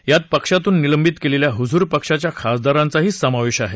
यात पक्षातून निलंबित केलेल्या हुजुर पक्षाच्या खासदारांचाही समावेश आहे